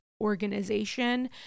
organization